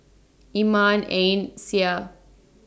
Iman Ain Syah